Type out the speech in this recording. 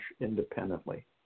independently